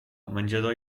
menjador